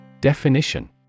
Definition